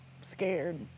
Scared